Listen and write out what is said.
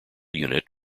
unit